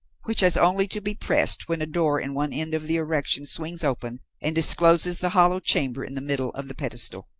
which has only to be pressed when a door in one end of the erection swings open, and discloses the hollow chamber in the middle of the pedestal.